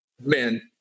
man